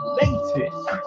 latest